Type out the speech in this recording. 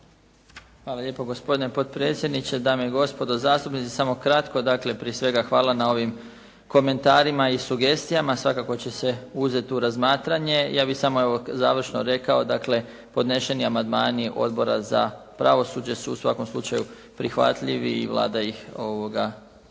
Hvala lijepo gospodine potpredsjedniče. Dame i gospodo zastupnici samo kratko. Dakle prije svega hvala na ovim komentarima i sugestijama. Svakako će se uzeti u razmatranje. Ja bih samo evo završno rekao Dakle, podneseni amandmani Odbora za pravosuđe su u svakom slučaju prihvatljivi i Vlada ih prihvaća.